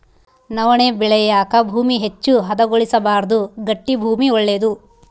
ನವಣೆ ಬೆಳೆಯಾಕ ಭೂಮಿ ಹೆಚ್ಚು ಹದಗೊಳಿಸಬಾರ್ದು ಗಟ್ಟಿ ಭೂಮಿ ಒಳ್ಳೇದು